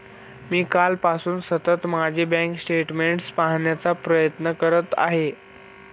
मी कालपासून सतत माझे बँक स्टेटमेंट्स पाहण्याचा प्रयत्न करत आहे